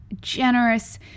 generous